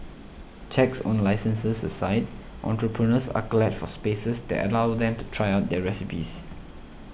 checks on licences aside entrepreneurs are glad for spaces that allow them to try out their recipes